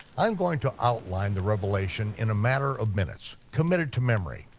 i'm going to outline the revelation in a matter of minutes, commit it to memory,